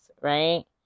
right